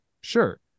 Sure